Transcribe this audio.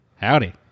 howdy